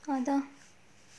அதான்:adhaan